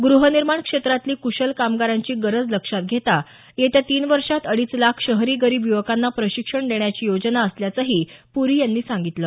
गृहनिर्माण क्षेत्रातली कुशल कामगारांची गरज लक्षात घेता येत्या तीन वर्षात अडीच लाख शहरी गरीब युवकांना प्रशिक्षण देण्याची योजना असल्याचही पुरी यांनी सांगितलं